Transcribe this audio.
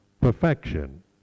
perfection